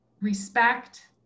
respect